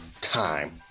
time